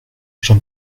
jean